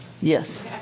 Yes